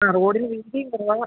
ആ റോഡിന് വീതിയും കുറവാണ്